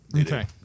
okay